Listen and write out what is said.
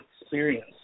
experience